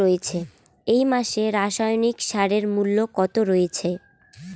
এই মাসে রাসায়নিক সারের মূল্য কত রয়েছে?